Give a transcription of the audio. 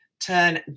turn